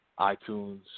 iTunes